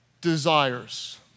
desires